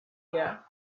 here